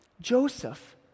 Joseph